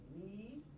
need